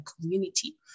community